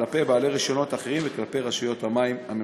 כלפי בעלי רישיונות אחרים וכלפי רשות המים הממשלתית.